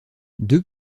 deux